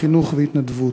חינוך והתנדבות,